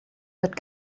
that